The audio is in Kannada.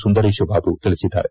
ಸುಂದರೇಶ ಬಾಬು ತಿಳಿಸಿದ್ದಾರೆ